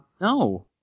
No